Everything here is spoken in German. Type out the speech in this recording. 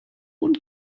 und